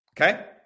Okay